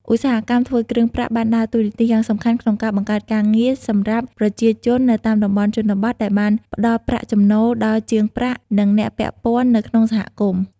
ឧស្សាហកម្មធ្វើគ្រឿងប្រាក់បានដើរតួនាទីយ៉ាងសំខាន់ក្នុងការ បង្កើតការងារ សម្រាប់ប្រជាជននៅតាមតំបន់ជនបទ ដែលបានផ្តល់ប្រាក់ចំណូលដល់ជាងប្រាក់ និងអ្នកពាក់ព័ន្ធនៅក្នុងសហគមន៍។